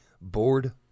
bored